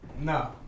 No